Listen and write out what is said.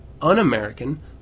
un-American